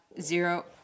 zero